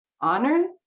honor